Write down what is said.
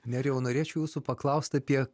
nerijau norėčiau jūsų paklaust apie